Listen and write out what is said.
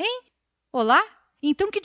hein olá então que